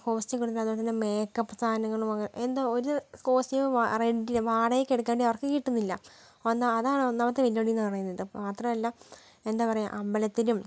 കോസ്റ്റും കിട്ടുന്നില്ല അതുപോലെത്തന്നെ മേക്കപ്പ് സാധനങ്ങളും അങ്ങനെ എന്താ ഒരു കോസ്റ്റ്യൂമും വാ രെൻ്റിന് വാടകയ്ക്ക് എടുക്കാൻ അവർക്ക് കിട്ടുന്നില്ല ഒന്ന് അതാണ് ഒന്നാമത്തെ വെല്ലുവിളിന്ന് പറയുന്നത് മാത്രമല്ല എന്താ പറയാ അമ്പലത്തിലും